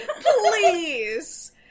Please